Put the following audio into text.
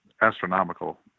astronomical